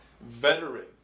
veteran